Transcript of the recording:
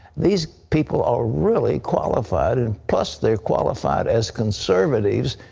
these people are really qualified. and plus they're qualified as conservatives.